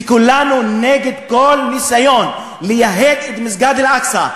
וכולנו נגד כל ניסיון לייהד את מסגד אל-אקצא.